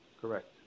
Correct